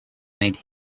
made